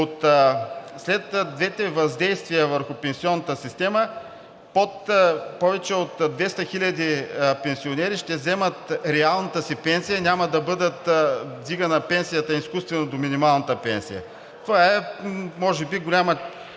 след двете въздействия върху пенсионната система под повече от 200 хиляди пенсионери ще вземат реалната си пенсия, няма пенсията им да бъде вдигана изкуствено до минималната пенсия. Това е може би голяма